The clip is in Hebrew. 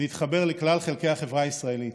להתחבר לכלל חלקי החברה הישראלית.